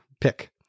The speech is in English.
pick